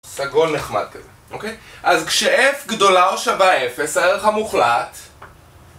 סגול נחמד כזה, אוקיי? אז כש-F גדולה או שווה 0, הערך המוחלט